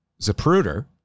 Zapruder